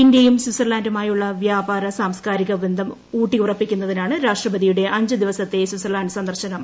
ഇന്ത്യയും സ്വിറ്റ്സർലൻഡുമായുള്ള വ്യാപാര സാംസ്കാരിക ബന്ധം ഊട്ടിയുറപ്പിക്കുന്നതിനാണ് രാഷ്ട്രപതിയുടെ അഞ്ച് ദിവസത്തെ സന്ദർശനം